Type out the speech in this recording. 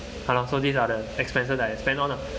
!hannor! so these are the expenses I spend on lah